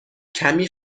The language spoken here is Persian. کمی